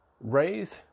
Raise